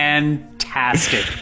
Fantastic